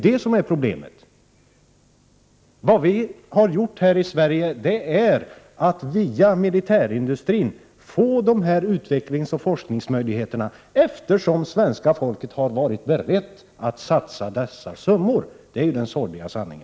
Den sorgliga sanningen är den att vi i Sverige fått sådana utvecklingsoch forskningsmöjligheter via militärindustrin, eftersom svenska folket har varit berett att satsa resurser på denna.